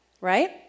right